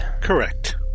Correct